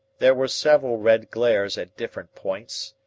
there were several red glares at different points,